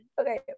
Okay